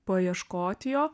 paieškoti jo